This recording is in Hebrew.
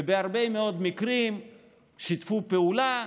ובהרבה מאוד מקרים שיתפו פעולה.